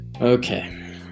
Okay